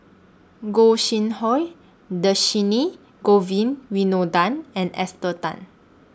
Gog Sing Hooi Dhershini Govin Winodan and Esther Tan